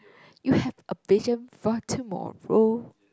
you have a vision for tomorrow